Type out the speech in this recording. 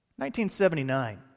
1979